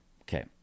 Okay